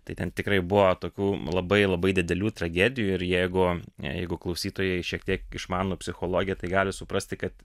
tai ten tikrai buvo tokių labai labai didelių tragedijų ir jeigu jeigu klausytojai šiek tiek išmano psichologiją tai gali suprasti kad